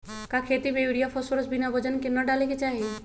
का खेती में यूरिया फास्फोरस बिना वजन के न डाले के चाहि?